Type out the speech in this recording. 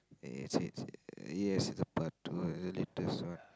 yes it's yes it's the part two the latest one